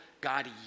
God